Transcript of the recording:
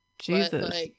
Jesus